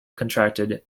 contracted